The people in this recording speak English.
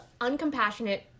uncompassionate